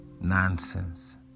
nonsense